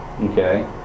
Okay